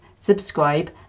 subscribe